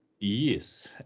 Yes